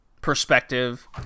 perspective